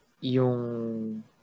yung